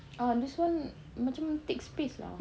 ah this [one] macam take space lah